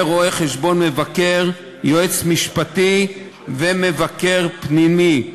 יהיה רואה-חשבון מבקר, יועץ משפטי ומבקר פנימי,